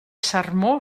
sermó